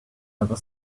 ever